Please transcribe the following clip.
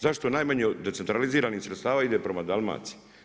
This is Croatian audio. Zašto najmanje od decentraliziranih sredstava ide prema Dalmaciji.